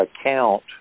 account